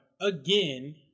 again